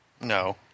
No